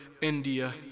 India